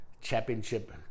championship